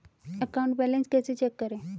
Account balance कैसे check करें?